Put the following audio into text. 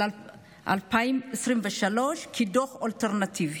על 2023 דוח אלטרנטיבי.